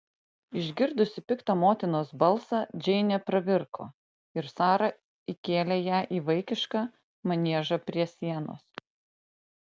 išgirdusi piktą motinos balsą džeinė pravirko ir sara įkėlė ją į vaikišką maniežą prie sienos